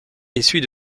essuie